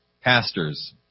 pastors